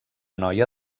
noia